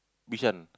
Bishan